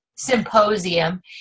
symposium